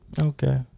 Okay